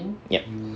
yup